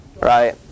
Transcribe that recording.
right